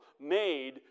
Made